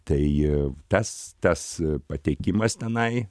tai tas tas patekimas tenai